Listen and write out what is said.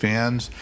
Fans